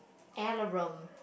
alarum